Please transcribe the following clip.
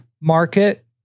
market